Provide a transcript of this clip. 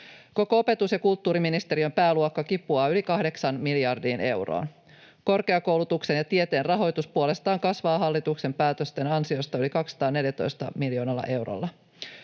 Koko opetus- ja kulttuuriministeriön pääluokka kipuaa yli kahdeksaan miljardiin euroon. Korkeakoulutuksen ja tieteen rahoitus puolestaan kasvaa hallituksen päätösten ansiosta yli 214 miljoonalla eurolla.